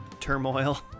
turmoil